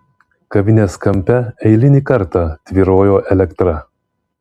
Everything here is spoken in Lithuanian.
kavinės kampe eilinį kartą tvyrojo elektra